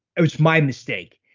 it was my mistake.